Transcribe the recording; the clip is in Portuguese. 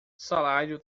salário